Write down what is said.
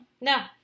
No